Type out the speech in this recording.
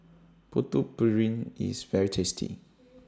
Putu Piring IS very tasty